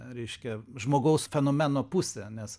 reiškia žmogaus fenomeno pusė nes